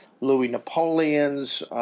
Louis-Napoleon's